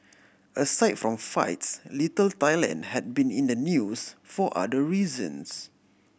aside from fights Little Thailand had been in the news for other reasons